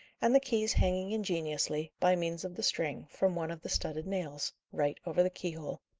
and the keys hanging ingeniously, by means of the string, from one of the studded nails, right over the keyhole.